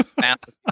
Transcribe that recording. massive